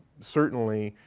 certainly,